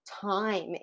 time